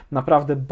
naprawdę